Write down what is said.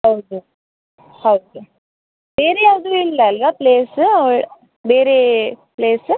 ಹೌದು ಹೌದು ಬೇರೆ ಯಾವುದೂ ಇಲ್ಲ ಅಲ್ಲ ಪ್ಲೇಸ್ ಬೇರೆ ಪ್ಲೇಸ್